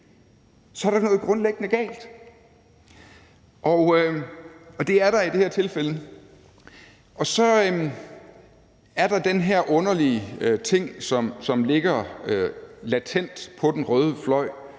Så er der noget grundlæggende galt. Det er der i det her tilfælde. Så er der den her underlige ting, som ligger latent på den røde fløj,